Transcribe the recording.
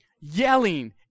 yelling